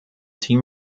team